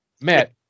Matt